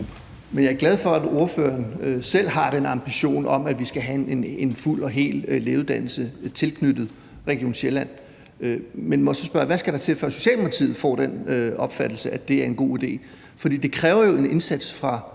Jeg er glad for, at ordføreren selv har den ambition om, at vi skal have en fuld og hel lægeuddannelse tilknyttet Region Sjælland. Men må jeg så spørge: Hvad skal der til, før Socialdemokratiet får den opfattelse, at det er en god idé? For det kræver jo en indsats fra